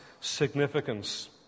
significance